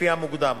לפי המוקדם.